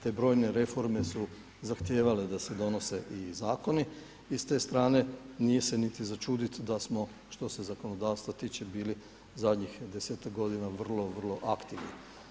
Te brojne reforme su zahtijevale da se donose i zakoni i s te strane nije se niti začuditi da smo što smo zakonodavstva tiče bili zadnjih desetak godina vrlo, vrlo aktivni.